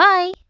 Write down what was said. Bye